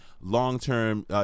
long-term